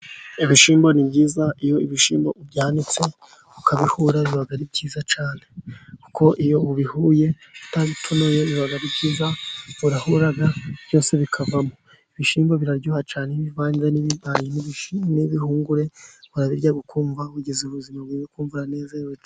ibishyimbo ni byiza, iyo ibishyimbo ubyanitse, ukabihura, biba ari byiza cyane. kuko iyo ubihuye utabitonoye biba ari byiza, urahura byose bikavamo, ibishyimbo biraryoha cyane, iyo ubivanze n'ibirayi n'ibihungure, urabirya ukumva ugize ubuzima bwiza, ukumva uranezerewe cyane.